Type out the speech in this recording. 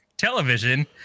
television